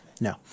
no